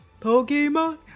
Pokemon